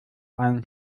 einem